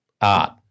art